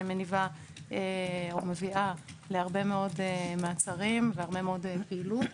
שמניבה או מביאה להרבה מאוד מעצרים והרבה מאוד פעילות.